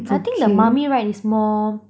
I think the mummy ride is more